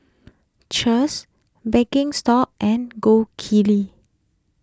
Cheers Birkenstock and Gold Kili